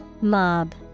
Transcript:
Mob